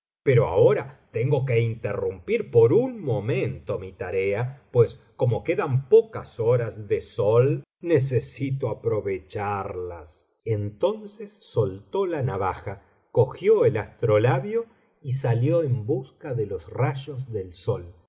pero ahora tengo que interrumpir por un momento mi tarea pues como quedan pocas horas de sol necesito aprovecharlas entonces soltó la navaja cogió el astrolabio y salió en busca de los rayos del sol